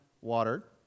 water